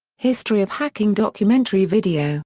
history of hacking documentary video